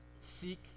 seek